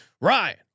Ryan